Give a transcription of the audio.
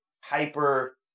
hyper